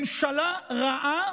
ממשלה רעה